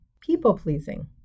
people-pleasing